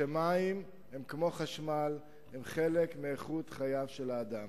שמים הם כמו חשמל, והם חלק מאיכות חייו של האדם.